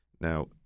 Now